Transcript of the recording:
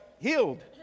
healed